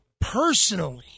personally